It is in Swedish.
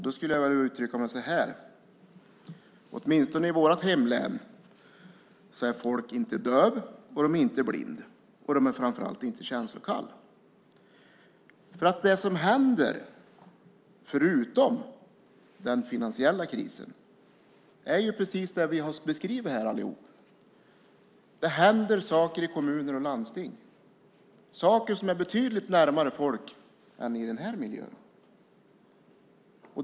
Då skulle jag vilja uttrycka det så att åtminstone i vårt hemlän är folk inte döva, inte blinda och framför allt inte känslokalla. Förutom den finansiella krisen som vi har beskrivit här händer det saker i kommuner och landsting, saker som är betydligt närmare folk än i den här miljön.